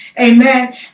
Amen